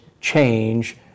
change